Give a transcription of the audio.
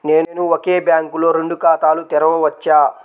నేను ఒకే బ్యాంకులో రెండు ఖాతాలు తెరవవచ్చా?